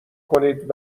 کنید